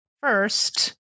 First